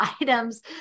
items